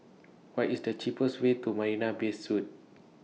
What IS The cheapest Way to Marina Bay Suites